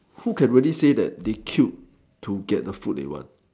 who can really say that they killed to get the food they want